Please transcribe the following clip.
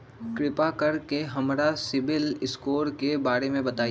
कृपा कर के हमरा सिबिल स्कोर के बारे में बताई?